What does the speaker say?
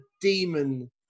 demon